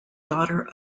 daughter